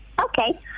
Okay